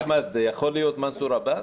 אחמד, יכול להיות מנסור עבאס?